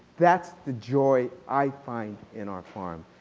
that's the joy i find in our farm.